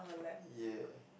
ya